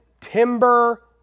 timber